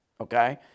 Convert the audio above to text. Okay